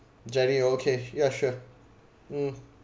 jenny okay yeah sure mm